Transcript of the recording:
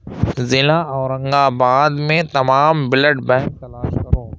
ضلع اورنگ آباد میں تمام بلڈ بینک تلاش کرو